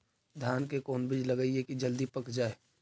धान के कोन बिज लगईयै कि जल्दी पक जाए?